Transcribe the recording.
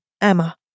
Emma